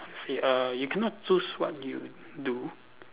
how to say err you cannot choose what you do